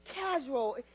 casual